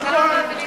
נכון.